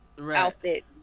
outfit